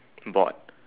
board